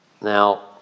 Now